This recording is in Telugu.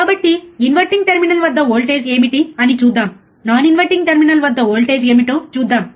కాబట్టి ఇన్వర్టింగ్ టెర్మినల్ వద్ద వోల్టేజ్ ఏమిటి అని చూద్దాం నాన్ ఇన్వర్టింగ్ టెర్మినల్ వద్ద వోల్టేజ్ ఏమిటో చూద్దాం